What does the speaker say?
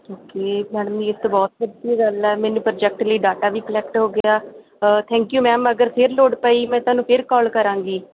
okay madam ਯੇ ਤੋ ਬਹੁਤ ਵਧੀਆ ਗੱਲ ਹੈ ਮੈਨੂੰ ਪ੍ਰੋਜੈਕਟ ਲਈ ਡਾਟਾ ਵੀ ਕਲੈਕਟ ਹੋ ਗਿਆ ਥੈਂਕ ਯੂ ਮੈਮ ਅਗਰ ਫਿਰ ਲੋੜ ਪਈ ਮੈਂ ਤੁਹਾਨੂੰ ਫਿਰ ਕਾਲ ਕਰਾਂਗੀ